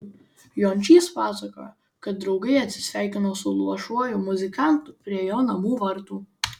jončys pasakojo kad draugai atsisveikino su luošuoju muzikantu prie jo namų vartų